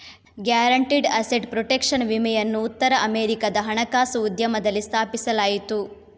guaranteed asset protection ವಿಮೆಯನ್ನು ಉತ್ತರ ಅಮೆರಿಕಾದ ಹಣಕಾಸು ಉದ್ಯಮದಲ್ಲಿ ಸ್ಥಾಪಿಸಲಾಯಿತು